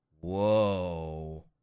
Whoa